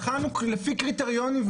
בחנו לפי קריטריונים,